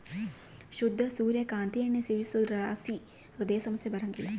ಶುದ್ಧ ಸೂರ್ಯ ಕಾಂತಿ ಎಣ್ಣೆ ಸೇವಿಸೋದ್ರಲಾಸಿ ಹೃದಯ ಸಮಸ್ಯೆ ಬರಂಗಿಲ್ಲ